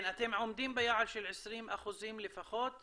אתם עומדים ביעד של 20% לפחות?